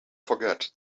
forget